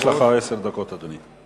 יש לך עשר דקות, אדוני.